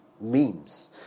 memes